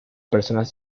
personas